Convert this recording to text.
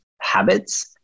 habits